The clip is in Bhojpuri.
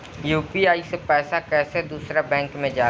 यू.पी.आई से पैसा कैसे दूसरा बैंक मे जाला?